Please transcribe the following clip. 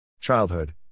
Childhood